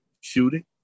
shooting